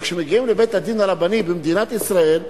אבל כשמגיעים לבית-הדין הרבני במדינת ישראל,